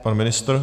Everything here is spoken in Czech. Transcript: Pan ministr?